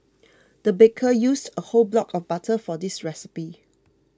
the baker used a whole block of butter for this recipe